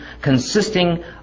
consisting